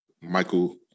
Michael